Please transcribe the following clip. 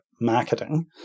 marketing